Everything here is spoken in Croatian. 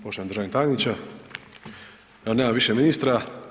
Poštovani državni tajniče, nema više ministra.